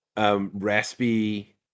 raspy